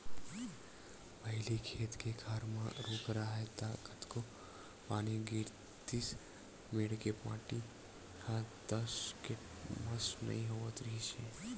पहिली खेत खार म रूख राहय त कतको पानी गिरतिस मेड़ के माटी ह टस ले मस नइ होवत रिहिस हे